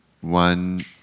one